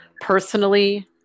Personally